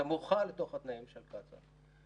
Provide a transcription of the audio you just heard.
זה מוחל לתוך התנאים של קצא"א.